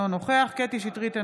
אינו נוכח קטי קטרין שטרית,